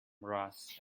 rust